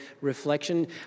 reflection